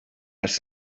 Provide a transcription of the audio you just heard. ers